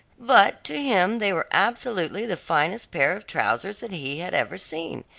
but to him they were absolutely the finest pair of trousers that he had ever seen,